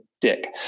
dick